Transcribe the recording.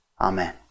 Amen